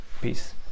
Peace